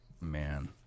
man